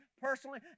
personally